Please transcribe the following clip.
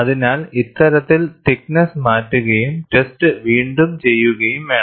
അതിനാൽ ഇത്തരത്തിൽ തിക്നെസ്സ് മാറ്റുകയും ടെസ്റ്റ് വീണ്ടും ചെയ്യുകയും വേണം